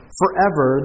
forever